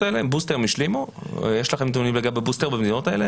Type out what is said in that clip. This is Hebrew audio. יש לכם נתונים לגבי בוסטר במדינות האלה?